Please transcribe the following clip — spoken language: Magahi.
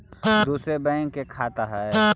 दुसरे बैंक के खाता हैं?